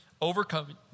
Overcoming